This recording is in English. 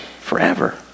forever